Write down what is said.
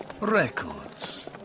Records